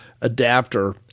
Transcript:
adapter